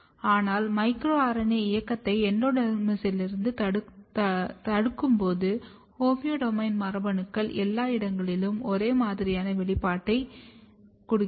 ஆனால் micro RNA இயக்கத்தை எண்டோடெர்மிஸிலிருந்து தடுக்கும்போது ஹோமியோடோமைன் மரபணுக்கள் எல்லா இடங்களிலும் ஒரே மாதிரியாக வெளிப்படுகிறது